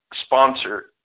sponsor